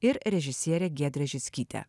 ir režisierė giedrė žickytė